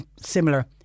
similar